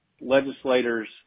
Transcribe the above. legislators